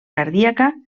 cardíaca